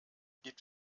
gibt